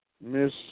Miss